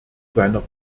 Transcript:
seiner